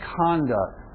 conduct